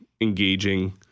engaging